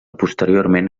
posteriorment